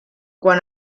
quan